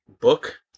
book